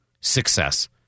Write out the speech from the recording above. success